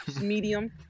Medium